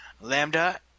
Lambda